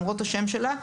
למרות השם שלה,